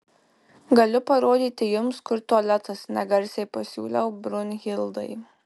galiu parodyti jums kur tualetas negarsiai pasiūliau brunhildai